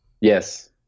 yes